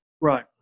Right